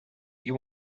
you